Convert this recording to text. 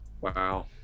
Wow